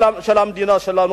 של המדינה שלנו.